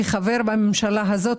כחבר בממשלה הזו,